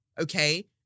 okay